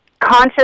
conscious